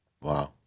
Wow